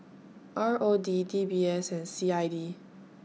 R O D D B S and C I D